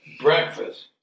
breakfast